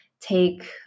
take